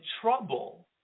trouble